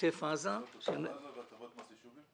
עוטף עזה --- תקנות עוטף עזה והטבות מס יישובים?